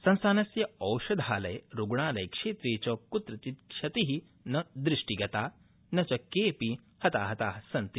संस्थानस्य औषधालय रुग्णालयक्षेत्रे च कुत्रचित् क्षति न दृष्टिगता न च केऽपि ह्ताहता सन्ति